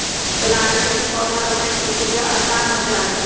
planter से पौधरोपण के क्रिया आसान हो जा हई